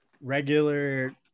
regular